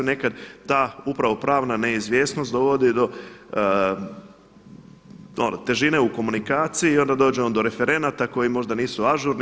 Nekad ta upravo pravna neizvjesnost dovodi do težine u komunikaciji i onda dođe on do referenata koji možda nisu ažurni.